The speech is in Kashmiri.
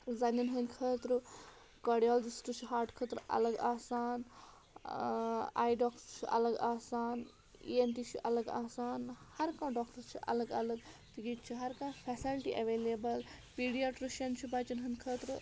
زَنٮ۪ن ہِنٛدۍ خٲطرٕ کاڈیالجِسٹ چھِ ہاٹ خٲطرٕ الگ آسان آی ڈاکٹر چھُ الگ آسان ای اٮ۪ن ٹی چھُ الگ آسان ہر کانٛہہ ڈاکٹر چھُ الگ الگ تہٕ ییٚتہِ چھِ ہر کانٛہہ فٮ۪سلٹی اٮ۪وٮ۪لیبٕل پیٖڈیاٹِرٛشَن چھُ بَچن ہٕنٛدۍ خٲطرٕ